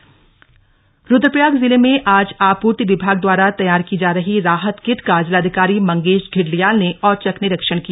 रूद्रप्रयाग रूद्रप्रयाग जिले में आज आपूर्ति विभाग द्वारा तैयार की जा रही राहत किट का जिलाधिकारी मंगेश धिल्डियाल ने औचक निरीक्षण किया